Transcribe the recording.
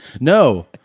No